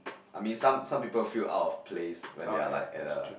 I mean some some people will feel out of place when they are like at a